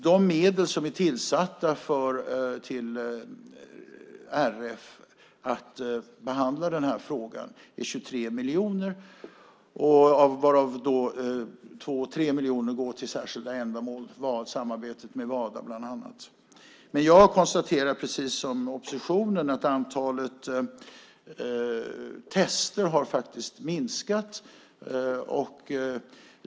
De medel som har avsatts till RF för att behandla den här frågan är 23 miljoner, varav 2-3 miljoner går till särskilda ändamål, bland annat samarbetet med WADA. Jag konstaterar, precis som oppositionen, att antalet tester har minskat.